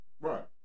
Right